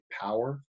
power